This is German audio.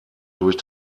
durch